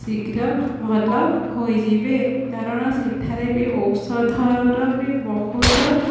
ଶୀଘ୍ର ଭଲ ହୋଇଯିବେ କାରଣ ସେଠାରେ ବି ଔଷଧର ବି ବହୁତ